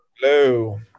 Hello